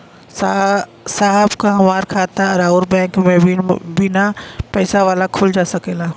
साहब का हमार खाता राऊर बैंक में बीना पैसा वाला खुल जा सकेला?